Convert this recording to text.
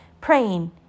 praying